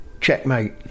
checkmate